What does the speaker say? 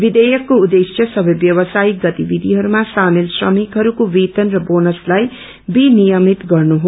विधेयकको उद्देश्य सवै व्यावसायिक गतिविधिहरूमा सामेल श्रमिकहरूको वेतन र बोनसलाई विनियमित गर्नु हो